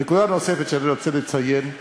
הנקודה הנוספת שאני רוצה לציין היא